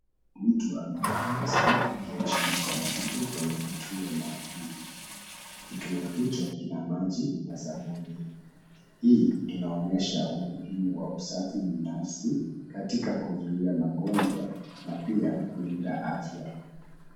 Mtu amevaa maski akiosha mikono yake kwenye kituo maalum. Kituo hicho kina maji na sabuni, hii inaonyesha umuhimu wa usafi binafsi katika kuzuia magonjwa na pia kulinda afya.